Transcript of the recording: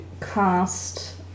cast